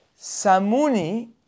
samuni